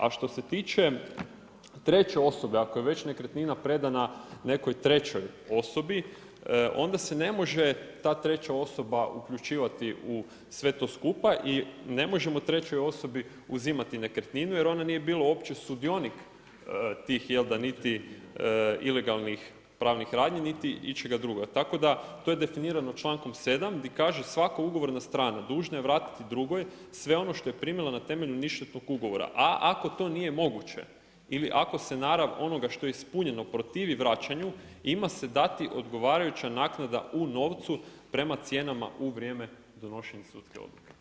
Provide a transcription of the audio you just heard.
A što se tiče treće osobe, ako je već nekretnina predana nekoj trećoj osobi, onda se ne može ta treća osoba uključivati u sve to skupa i ne možemo trećoj osobi uzimati nekretninu jer ona nije bila uopće sudionik tih jel da, niti ilegalnih pravnih radnji, niti ičega drugoga, tako da, to je definirano člankom 7. di kaže „svako ugovorna strana dužna je vratiti drugoj sve ono što je primila na temelju ništetnog ugovora, a ako to nije moguće ili ako se narav onoga što je ispunjeno protivi vraćanju, ima se dati odgovarajuća naknada u novcu prema cijenama u vrijeme donošenja sudske odluke.